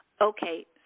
Okay